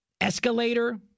Escalator